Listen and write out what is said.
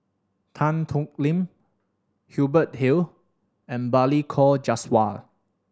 Tan Thoon Lip Hubert Hill and Balli Kaur Jaswal